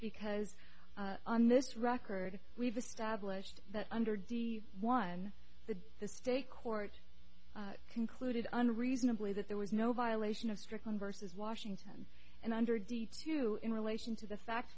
because on this record we've established that under d one that the state court concluded unreasonably that there was no violation of strickland vs washington and under d to in relation to the fact